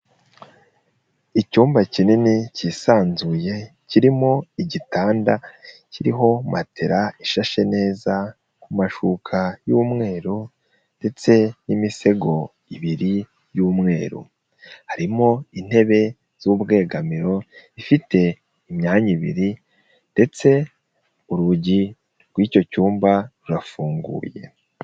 Icyumba kinini cyisanzuye kirimo igitanda kiriho matela ishashe neza kumashuka y'mweru ndetse n'imisego ibiri y'mweru; harimo intebe z'ubwugamiro zifite imyanya ibiri ndetse urugi rw'icyo cyumba rurafunguye.